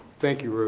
thank you, ruth.